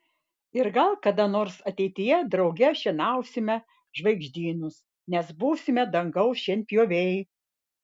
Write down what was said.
ir gal kada nors ateityje drauge šienausime žvaigždynus nes būsime dangaus šienpjoviai